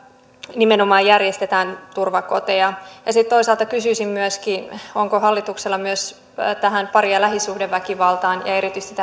nimenomaan järjestetään turvakoteja ja sitten toisaalta kysyisin myöskin onko hallituksella myös tähän pari ja lähisuhdeväkivaltaan ja erityisesti